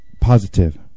positive